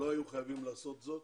לא היו חייבים לעשות זאת,